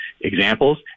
examples